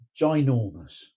ginormous